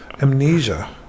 amnesia